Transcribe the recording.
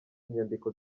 inyandiko